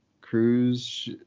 cruise